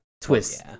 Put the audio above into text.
twist